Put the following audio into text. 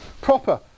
proper